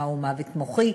מהו מוות מוחי,